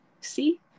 see